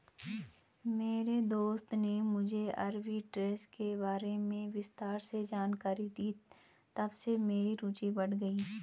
मेरे दोस्त ने मुझे आरबी ट्रेज़ के बारे में विस्तार से जानकारी दी तबसे मेरी रूचि बढ़ गयी